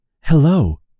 Hello